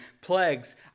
plagues